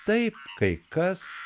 taip kai kas